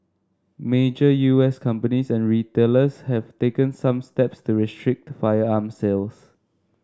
major U S companies and retailers have taken some steps to restrict firearm sales